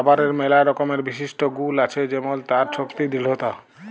রাবারের ম্যালা রকমের বিশিষ্ট গুল আছে যেমল তার শক্তি দৃঢ়তা